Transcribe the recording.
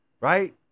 right